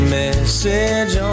message